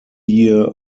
year